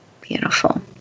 Beautiful